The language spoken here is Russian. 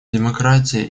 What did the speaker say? демократии